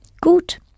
Gut